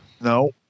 No